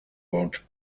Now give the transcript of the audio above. woont